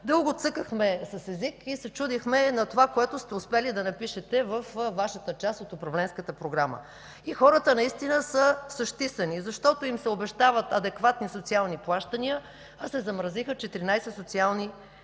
Дълго цъкахме с език и се чудехме на това, което сте успели да напишете във Вашата част от управленската програма. И хората наистина са сащисани, защото им се обещават адекватни социални плащания, а се замразиха 14 социални права.